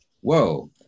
whoa